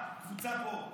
כל הקבוצה פה.